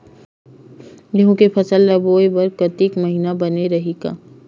गेहूं के फसल ल बोय बर कातिक महिना बने रहि का?